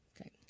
Okay